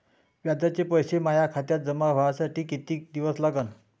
व्याजाचे पैसे माया खात्यात जमा व्हासाठी कितीक दिवस लागन?